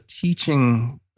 teaching